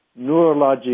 neurologic